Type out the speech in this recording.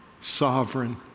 sovereign